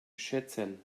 schätzen